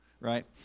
Right